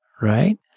right